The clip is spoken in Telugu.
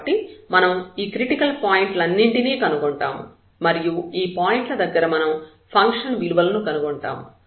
కాబట్టి మనం ఈ క్రిటికల్ పాయింట్ లన్నింటినీ కనుగొంటాము మరియు ఈ పాయింట్ ల దగ్గర మనం ఫంక్షన్ విలువలను కనుగొంటాము